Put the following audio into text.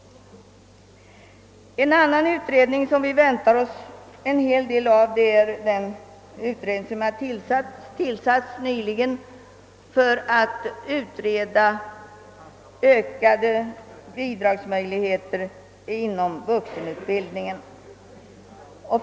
En annan utredning som vi väntar oss en hel del av är den utredning som har tillsatts för att utreda ökade bidragsmöjligheter inom vuxenutbildningen.